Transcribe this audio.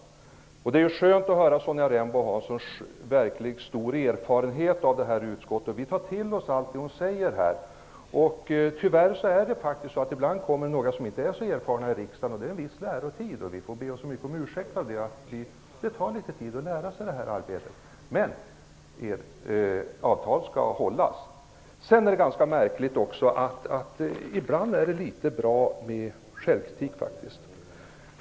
Det är skönt att höra att Sonja Rembo har en så verkligt stor erfarenhet av det här utskottet. Vi tar till oss allt det hon säger. Tyvärr kommer det ibland ledamöter till riksdagen som inte är så erfarna, och de behöver en viss lärotid. Vi får be om ursäkt, men det tar litet tid att lära sig det här arbetet. Men avtal skall hållas. Det är ibland bra med självkritik.